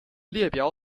列表